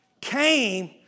came